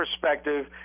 perspective